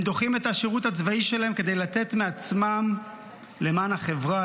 הם דוחים את השירות הצבאי שלהם כדי לתת מעצמם למען החברה,